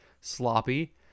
sloppy